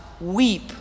weep